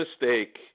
mistake